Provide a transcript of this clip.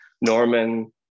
norman